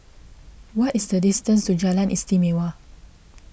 what is the distance to Jalan Istimewa